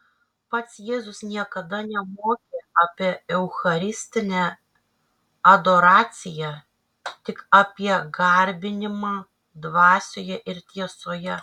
pats jėzus niekada nemokė apie eucharistinę adoraciją tik apie garbinimą dvasioje ir tiesoje